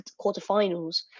quarterfinals